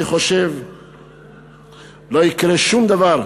אני חושב שלא יקרה שום דבר.